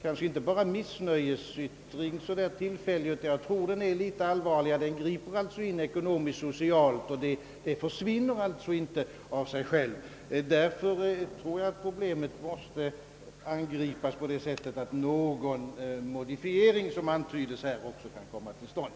Jag tror inte att den är enbart tillfällig utan att den är allvarligare än så. Frågan berör eleverna ekonomiskt och socialt. Därför tror jag att problemet måste angripas så, att någon modifiering kan komma till stånd.